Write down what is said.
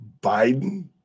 Biden